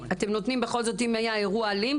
אתם נותנים בכל זאת אם היה אירוע אלים.